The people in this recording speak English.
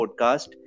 podcast